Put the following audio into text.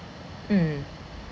mm